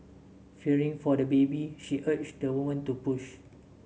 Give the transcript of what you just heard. fearing for the baby she urged the woman to push